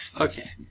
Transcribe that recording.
Okay